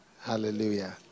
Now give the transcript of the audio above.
Hallelujah